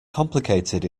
complicated